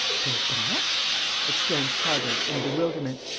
daubrecq! exclaimed prasville, in bewilderment.